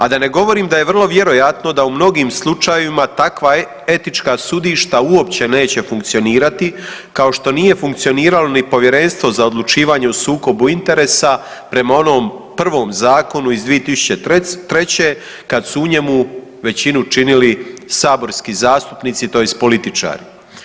A da ne govorim da je vrlo vjerojatno da u mnogim slučajevima takva etička sudišta uopće neće funkcionirati kao što nije funkcioniralo ni Povjerenstvo za odlučivanje o sukobu interesa prema onom prvom zakonu iz 2003. kad su u njemu većinu činili saborski zastupnici tj. političari.